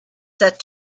set